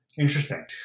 Interesting